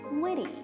witty